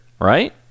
right